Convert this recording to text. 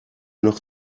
noch